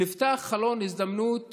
נפתח חלון הזדמנות